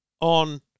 on